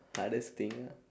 hardest thing ah